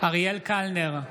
אריאל קלנר,